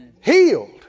healed